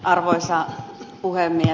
arvoisa puhemies